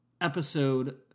episode